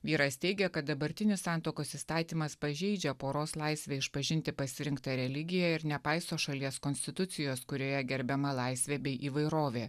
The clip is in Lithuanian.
vyras teigia kad dabartinis santuokos įstatymas pažeidžia poros laisvę išpažinti pasirinktą religiją ir nepaiso šalies konstitucijos kurioje gerbiama laisvė bei įvairovė